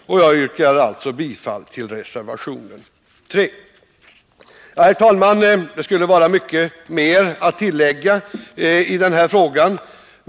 Jag yrkar alltså bifall till reservation 3. Herr talman! Det skulle vara mycket mer att tillägga i den här frågan.